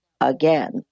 again